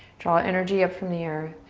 draw energy up from the earth.